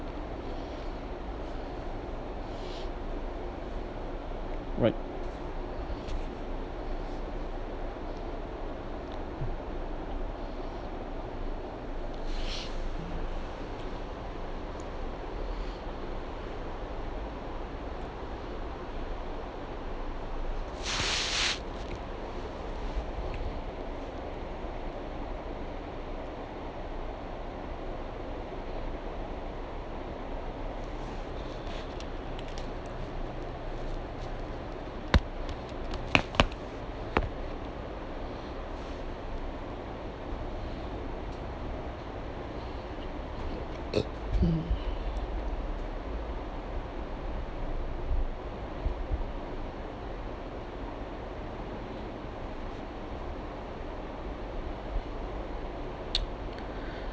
right